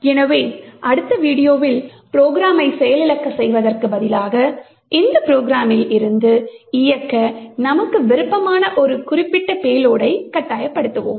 எனவே அடுத்த வீடியோவில் ப்ரோக்ராமை செயலிழக்கச் செய்வதற்குப் பதிலாக இந்த ப்ரோக்ராமில் இருந்து இயக்க நமக்கு விருப்பமான ஒரு குறிப்பிட்ட பேலோடை கட்டாயப்படுத்துவோம்